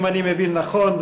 אם אני מבין נכון,